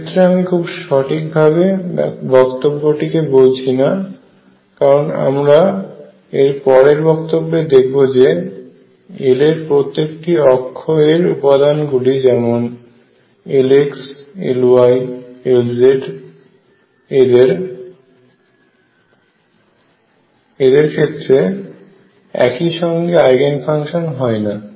এক্ষেত্রে আমি খুব সঠিক ভাবে বক্তব্যটিকে বলছি না কারণ আমরা এরপরের বক্তব্যে দেখব যে L এর প্রত্যেকটি অক্ষ এর উপাদান গুলি যেমন Lx Ly Lz এদের ক্ষেত্রে একই সঙ্গে আইগেন ফাংশন হয় না